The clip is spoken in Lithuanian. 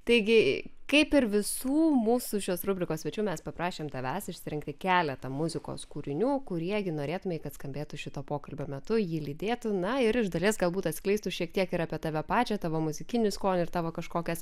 taigi kaip ir visų mūsų šios rubrikos svečių mes paprašėm tavęs išsirinkti keletą muzikos kūrinių kurie gi norėtumei kad skambėtų šito pokalbio metu jį lydėtų na ir iš dalies galbūt atskleistų šiek tiek ir apie tave pačią tavo muzikinį skonį ir tavo kažkokias